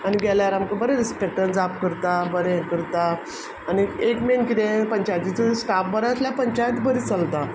आमी गेल्यार आमकां बरे रिस्पेक्टान जाप करता बरें हें करता आनी एक मेन कितें पंचायतीचो स्टाफ बरो आसल्यार पंचायत बरी चलता